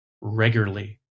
regularly